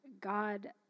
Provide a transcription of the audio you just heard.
God